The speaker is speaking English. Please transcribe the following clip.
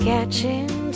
Catching